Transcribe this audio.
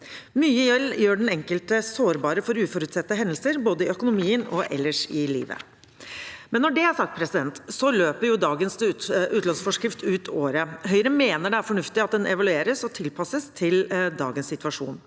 gjeld gjør den enkelte sårbar for uforutsette hendelser, både i økonomien og ellers i livet. Når det er sagt, løper dagens utlånsforskrift ut året. Høyre mener det er fornuftig at den evalueres og tilpasses dagens situasjon.